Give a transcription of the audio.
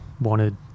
wanted